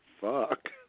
Fuck